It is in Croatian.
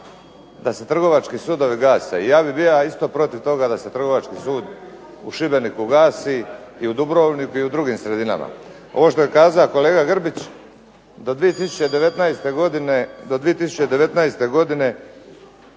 da se trgovački sudovi gase. Ja bi bija isto protiv toga da se Trgovački sud Šibeniku gasi i u Dubrovniku i u drugim sredinama. Ovo što je kaza kolega Grbić do 2019. godine